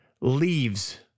leaves